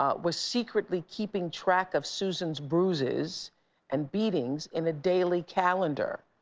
ah was secretly keeping track of susan's bruises and beatings in a daily calendar.